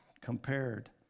compared